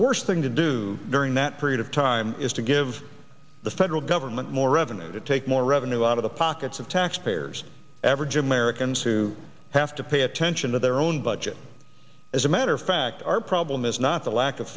worst thing to do during that period of time is to give the federal government more revenue to take more revenue out of the pockets of taxpayers average americans who have to pay attention to their own budget as a matter of fact our problem is not the lack of